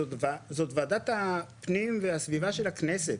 זאת ועדת הפנים והסביבה של הכנסת,